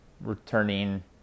returning